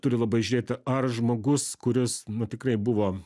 turi labai žiūrėt ar žmogus kuris nu tikrai buvo